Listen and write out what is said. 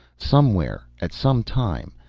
somewhere, at some time,